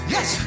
Yes